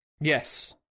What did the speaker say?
Yes